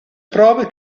prove